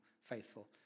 faithful